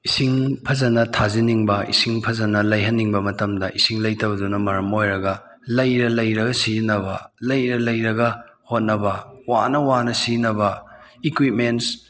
ꯏꯁꯤꯡ ꯐꯖꯅ ꯊꯥꯖꯤꯟꯅꯤꯡꯕ ꯏꯁꯤꯡ ꯐꯖꯅ ꯂꯩꯍꯟꯅꯤꯡꯕ ꯃꯇꯝꯗ ꯏꯁꯤꯡ ꯂꯩꯇꯕꯗꯨꯅ ꯃꯔꯝ ꯑꯣꯏꯔꯒ ꯂꯩꯔ ꯂꯩꯔꯒ ꯁꯤꯖꯤꯟꯅꯕ ꯂꯩꯔ ꯂꯩꯔꯒ ꯍꯣꯠꯅꯕ ꯋꯥꯅ ꯋꯥꯅ ꯁꯤꯖꯤꯟꯅꯕ ꯏꯀ꯭ꯋꯤꯞꯃꯦꯟꯁ